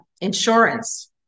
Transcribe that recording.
insurance